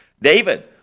David